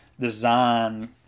Design